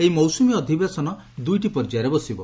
ଏହି ମୌସୁମୀ ଅଧିବେଶନରେ ଦୁଇଟି ପର୍ଯ୍ୟାୟରେ ବସିବ